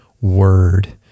word